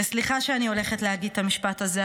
וסליחה שאני הולכת להגיד את המשפט הזה,